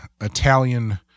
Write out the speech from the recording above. italian